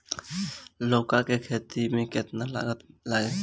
लौका के खेती में केतना लागत लागी?